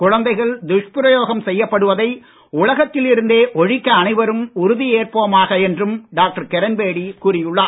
குழந்தைகள் துஷ்பிரயோகம் செய்யப்படுவதை உலகத்தில் இருந்தே ஒழிக்க அனைவரும் உறுதியேற்போமாக என்றும் டாக்டர் கிரண்பேடி கூறியுள்ளார்